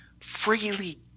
freely